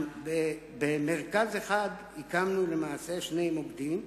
במרכז אחד הקמנו למעשה שני מוקדים: